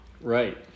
Right